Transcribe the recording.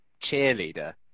cheerleader